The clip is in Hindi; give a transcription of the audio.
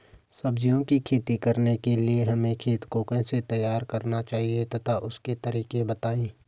सब्जियों की खेती करने के लिए हमें खेत को कैसे तैयार करना चाहिए तथा उसके तरीके बताएं?